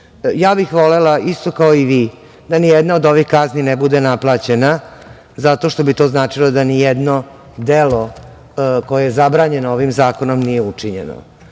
bih isto kao i vi da nijedna od ovih kazni ne bude naplaćena, zato što bi to značilo da nijedno delo koje je zabranjeno ovim zakonom nije učinjeno,